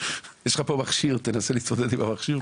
יש לך מכשיר פה, תנסה להתמודד עם המכשיר פה.